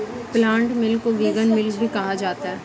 plant milk को vegan milk भी कहा जाता है